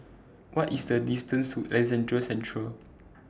What IS The distance to Alexandra Central